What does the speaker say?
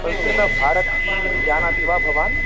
संस्कृतभारतीं जानाति वा भवान्